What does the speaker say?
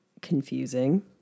confusing